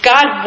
God